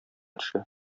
төшә